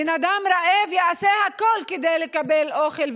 בן אדם רעב יעשה הכול כדי לקבל אוכל,